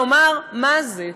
לומר מה זה,